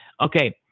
okay